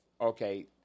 Okay